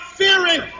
fearing